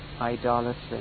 idolatry